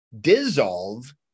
Dissolve